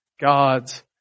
God's